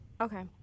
okay